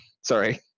sorry